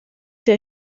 der